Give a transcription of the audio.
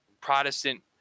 Protestant